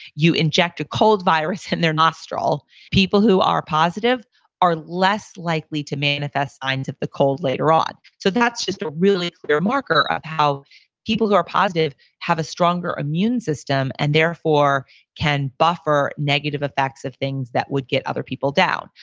you inject a cold virus in their nostril, people who are positive are less likely to manifest signs of the cold later on so that's just a really clear marker of how people who are positive have a stronger immune system and therefore can buffer negative effects of things that would get other people down.